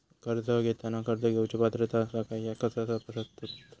कर्ज घेताना कर्ज घेवची पात्रता आसा काय ह्या कसा तपासतात?